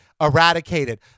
eradicated